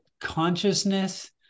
consciousness